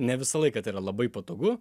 ne visą laiką tai yra labai patogu